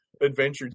adventure